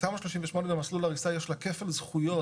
תמ"א 38 במסלול הריסה יש לה כפל זכויות,